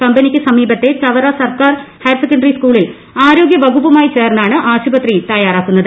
കമ്പനിക്ക് സമീപത്തെ ചവറ സർക്കാർ ഹയർസെക്കൻ്ററി സ്കൂളിൽ ആരോഗ്യവകുപ്പുമായി ചേർന്നാണ് ആശുപത്രി തയ്യാറാക്കുന്നത്